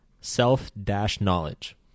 self-knowledge